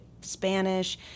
Spanish